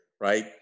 right